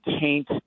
taint